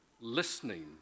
listening